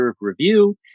review